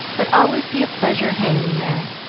but always be a pleasure hanging there.